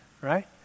Right